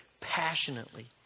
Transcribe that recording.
passionately